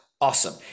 awesome